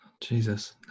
Jesus